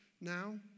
now